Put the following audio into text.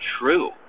true